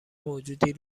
موجودی